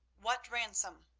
what ransom,